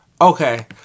Okay